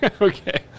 Okay